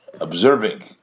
observing